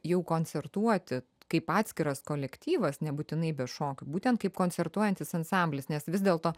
jau koncertuoti kaip atskiras kolektyvas nebūtinai be šokių būtent kaip koncertuojantis ansamblis nes vis dėlto